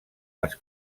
les